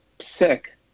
sick